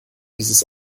dieses